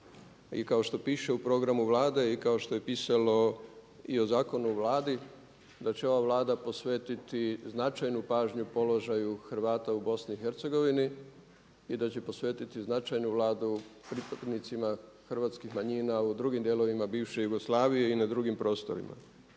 i kao što piše u programu Vlade i kao što je pisalo i o zakonu o Vladi da će ova Vlada posvetiti značajnu pažnju položaju Hrvata u Bosni i Hercegovini i da će posvetiti značajnu Vladu pristupnicima hrvatskih manjina u drugim dijelovima bivše Jugoslavije i na drugim prostorima.